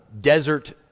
desert